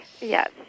Yes